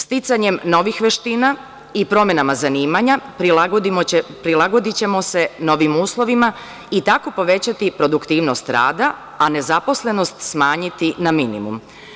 Sticanjem novih veština i promenama zanimanja prilagodićemo se novim uslovima i tako povećati produktivnost rada, a nezaposlenost smanjiti na minimum.